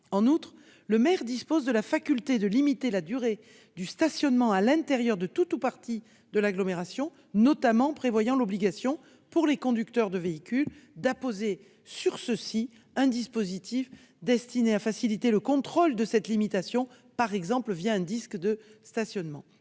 En outre, le maire dispose de la faculté de limiter la durée du stationnement pour tout ou partie de l'agglomération. En particulier, il peut imposer aux conducteurs de véhicules d'apposer sur ces derniers un dispositif destiné à faciliter le contrôle de cette limitation, par exemple un disque de stationnement.